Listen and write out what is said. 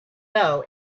know